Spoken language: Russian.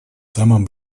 самом